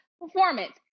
performance